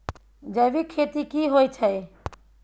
जैविक खेती की होए छै?